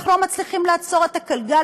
אנחנו לא מצליחים לעצור את הגלגל,